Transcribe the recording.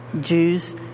Jews